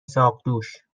ساقدوش